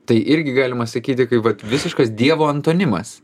tai irgi galima sakyti kaip vat visiškas dievo antonimas